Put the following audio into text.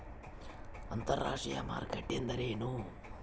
ಅಂತರಾಷ್ಟ್ರೇಯ ಮಾರುಕಟ್ಟೆ ಎಂದರೇನು?